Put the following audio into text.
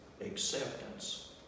acceptance